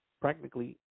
practically